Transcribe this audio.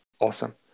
awesome